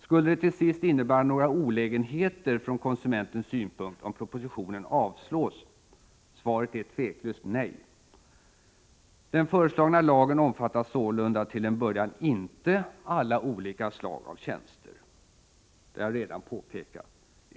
Skulle det till sist innebära några olägenheter från konsumentens synpunkt om propositionen avslås? Svaret är ett tveklöst nej. Den föreslagna lagen omfattar sålunda till en början inte, som redan påpekats, alla slag av tjänster.